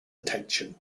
attention